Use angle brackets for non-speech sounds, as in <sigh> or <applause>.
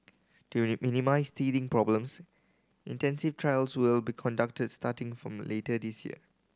to <unintelligible> minimise teething problems intensive trials will be conducted starting from later this year